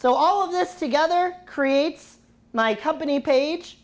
so all of this together creates my company page